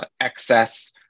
excess